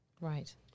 Right